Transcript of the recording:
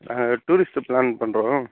tourist plan பண்ணுறோம்